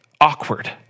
awkward